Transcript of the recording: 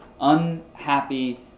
unhappy